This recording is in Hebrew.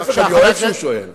להיפך, אני אוהב שהוא שואל.